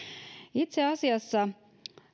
itse asiassa